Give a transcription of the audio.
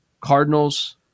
Cardinals